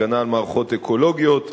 הגנה על מערכות אקולוגיות וכו'.